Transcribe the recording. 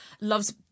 loves